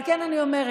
על כן, אני אומרת,